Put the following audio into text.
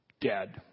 dead